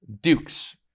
Dukes